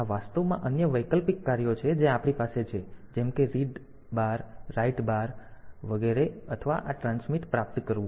તેથી આ વાસ્તવમાં અન્ય વૈકલ્પિક કાર્યો છે જે આપણી પાસે છે જેમ કે રીડ બાર રાઈટ બાર વગેરે અથવા આ ટ્રાન્સમિટ પ્રાપ્ત કરવું